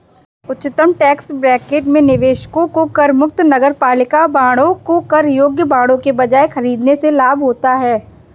उच्चतम tax bracket में निवेशकों को करमुक्त नगरपालिका बांडों को कर योग्य बांडों के बजाय खरीदने से लाभ होता है